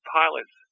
pilots